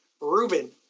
Ruben